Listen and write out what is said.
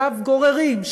שאליו גוררים,